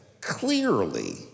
Clearly